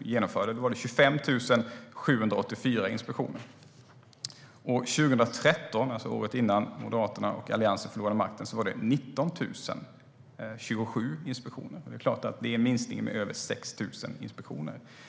i handen - 25 784 inspektioner. År 2013, året innan Moderaterna och Alliansen förlorade makten, var det 19 027 inspektioner. Det är en minskning med över 6 000 inspektioner.